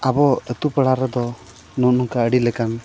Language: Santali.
ᱟᱵᱚ ᱟᱹᱛᱩ ᱯᱟᱲᱟ ᱨᱮᱫᱚ ᱱᱚᱜᱼᱚ ᱱᱚᱝᱠᱟ ᱟᱹᱰᱤ ᱞᱮᱠᱟᱱ